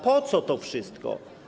Po co to wszystko?